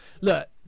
look